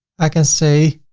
i can say